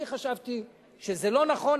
אני חשבתי שזה לא נכון,